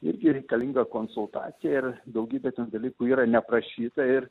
irgi reikalinga konsultacija ir daugybė ten dalykų yra neaprašyta ir